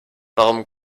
warum